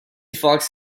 fox